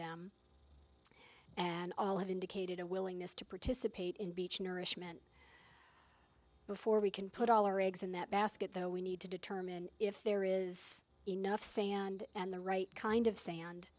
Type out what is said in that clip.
them and all have indicated a willingness to participate in beach nourishment before we can put all our eggs in that basket though we need to determine if there is enough sand and the right kind of sand